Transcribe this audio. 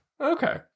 Okay